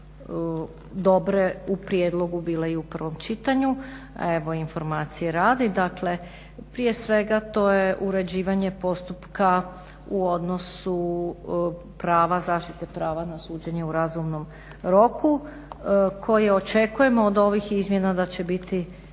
dobre u prijedlogu bile i u prvom čitanju. Evo informacije radi, dakle prije svega to je uređivanje postupka u odnosu prava zaštite prava na suđenje u razumnom roku koje očekujemo od ovih izmjena da će biti